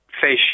fish